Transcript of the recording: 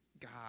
God